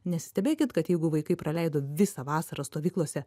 nesistebėkit kad jeigu vaikai praleido visą vasarą stovyklose